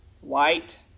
white